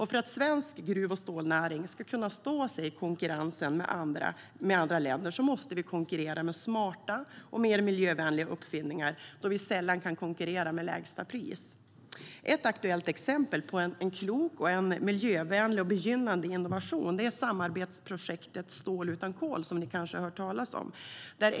För att svensk gruv och stålnäring ska kunna stå sig i konkurrensen med andra länder måste vi konkurrera med smarta och mer miljövänliga uppfinningar, då vi sällan kan konkurrera med lägsta pris. Ett aktuellt exempel på en klok, miljövänlig och begynnande innovation är samarbetsprojektet Stål utan kol, som ni kanske har hört talas om.